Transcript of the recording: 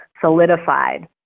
solidified